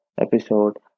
episode